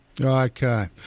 Okay